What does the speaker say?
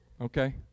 Okay